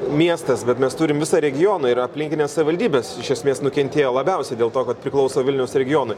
miestas bet mes turim visą regioną ir aplinkinės savivaldybės iš esmės nukentėjo labiausiai dėl to kad priklauso vilniaus regionui